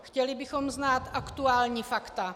Chtěli bychom znát aktuální fakta.